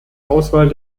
auswahl